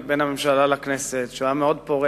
בין הממשלה לכנסת שהיה מאוד פורה,